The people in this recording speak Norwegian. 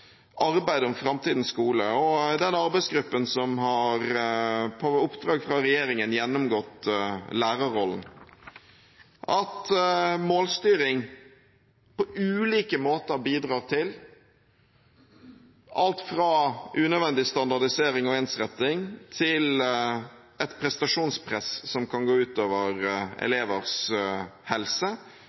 arbeid om framtidens skole og i den arbeidsgruppen som på oppdrag fra regjeringen har gjennomgått lærerrollen, at målstyring på ulike måter bidrar til alt fra unødvendig standardisering og ensretting til et prestasjonspress som kan gå ut over elevers helse